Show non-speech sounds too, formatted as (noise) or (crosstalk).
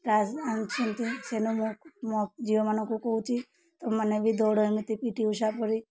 (unintelligible) ଆଣିଛନ୍ତି ସେନୁ ମୁଁ ମୋ ଝିଅମାନଙ୍କୁ କହୁଛି ତ ମାନେ ବି ଦୌଡ଼ ଏମିତି ପି ଟି ଉଷା ପରି